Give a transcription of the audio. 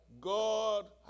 God